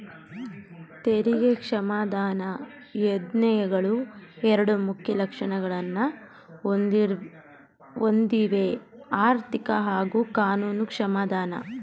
ತೆರಿಗೆ ಕ್ಷಮಾದಾನ ಯೋಜ್ನೆಗಳು ಎರಡು ಮುಖ್ಯ ಲಕ್ಷಣಗಳನ್ನ ಹೊಂದಿವೆಆರ್ಥಿಕ ಹಾಗೂ ಕಾನೂನು ಕ್ಷಮಾದಾನ